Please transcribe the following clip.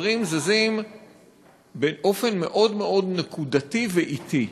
הדברים זזים באופן מאוד מאוד נקודתי ואטי,